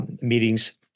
meetings